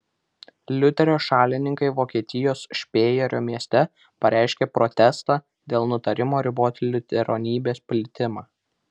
liuterio šalininkai vokietijos špėjerio mieste pareiškė protestą dėl nutarimo riboti liuteronybės plitimą